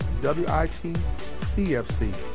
WITCFC